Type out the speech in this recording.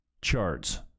charts